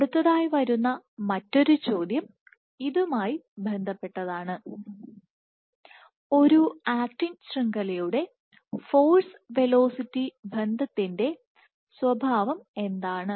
അടുത്തതായി വരുന്ന മറ്റൊരു ചോദ്യം ഇതുമായി ബന്ധപ്പെട്ടതാണ് ഒരു ആക്റ്റിൻ ശൃംഖലയുടെ ഫോഴ്സ് വെലോസിറ്റി ബന്ധത്തിന്റെ സ്വഭാവം എന്താണ്